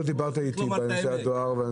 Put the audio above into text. לא דיברת איתי בנושא הדואר.